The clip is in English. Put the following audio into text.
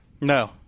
No